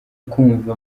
kumva